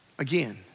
Again